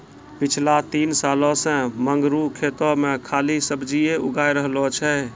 पिछला तीन सालों सॅ मंगरू खेतो मॅ खाली सब्जीए उगाय रहलो छै